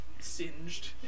singed